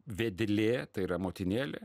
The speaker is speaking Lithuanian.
vedlė tai yra motinėlė